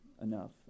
enough